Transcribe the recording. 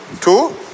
Two